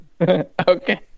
Okay